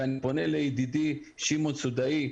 אני פונה לידידי שמעון סודאי,